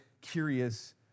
curious